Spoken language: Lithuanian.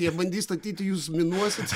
jie bandys statyti jūs minuosit